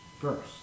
first